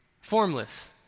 formless